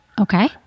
Okay